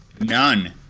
None